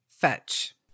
Fetch